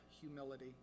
humility